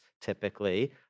typically